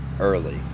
early